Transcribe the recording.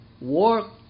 Work